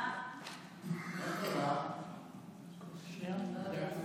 מה, מה שאנחנו רוצים.